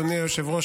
אדוני היושב-ראש,